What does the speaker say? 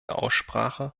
aussprache